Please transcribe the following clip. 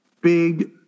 Big